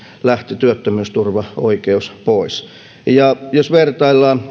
lähti työttömyysturvaoikeus pois ja jos vertaillaan